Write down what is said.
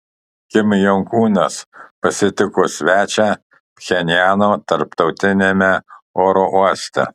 kim jong unas pasitiko svečią pchenjano tarptautiniame oro uoste